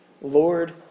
Lord